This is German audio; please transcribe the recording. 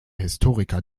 historiker